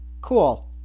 Cool